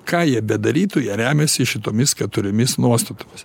ką jie bedarytų jie remiasi šitomis keturiomis nuostatomis